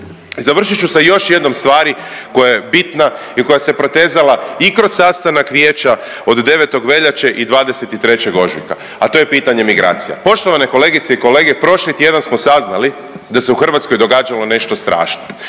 Završit ću sa još jednom stvari koja je bitna i koja se protezala i kroz sastanak Vijeća od 9. veljače i 23. ožujka, a to je pitanje migracija. Poštovane kolegice i kolege prošli tjedan smo saznali da se u Hrvatskoj događalo nešto strašno.